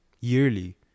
yearly